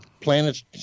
planets